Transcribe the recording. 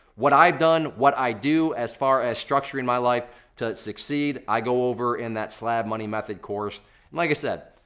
what i've done, what i do, as far as structuring my life to succeed i go over in that slab money method course. and like i said,